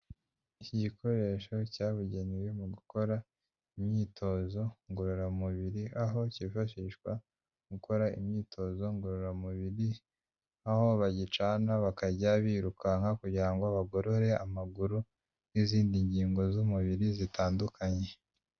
Iki gikoresho cyabugenewe mu gukora imyitozo ngororamubiri, aho kifashishwa mu gukora imyitozo ngororamubiri, aho bagicana bakajya birukanka kugira ngo bagorore amaguru, n'izindi ngingo z'umubiri zitandukanye.